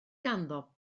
ganddo